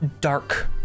dark